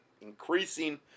increasing